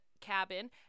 cabin